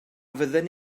fydden